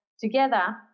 together